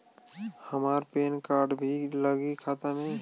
हमार PAN card भी लगी खाता में?